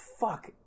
fuck